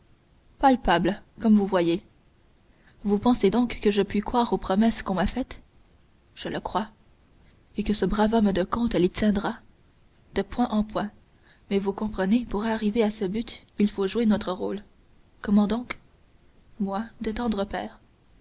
palpables comme vous voyez vous pensez donc que je puis croire aux promesses qu'on m'a faites je le crois et que ce brave homme de comte les tiendra de point en point mais vous comprenez pour arriver à ce but il faut jouer notre rôle comment donc moi de tendre père